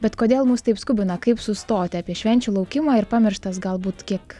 bet kodėl mus taip skubina kaip sustoti apie švenčių laukimą ir pamirštas galbūt kiek